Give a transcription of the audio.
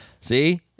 See